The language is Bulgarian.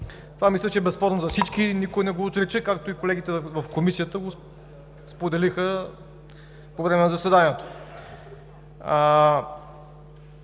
Това мисля, че е безспорно за всички и никой не го отрича, както и колегите в Комисията го споделиха по време на заседанието.